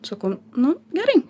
sakau nu gerai